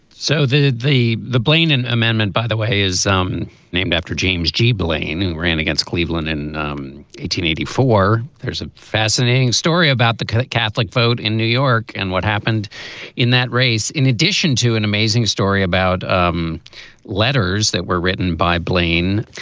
so the the the blaine an amendment, by the way, is um named after james g. blaine, who ran against cleveland in um eighty in eighty four. there's a fascinating story about the catholic catholic vote in new york and what happened in that race. in addition to an amazing story about the um letters that were written by blaine,